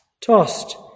tossed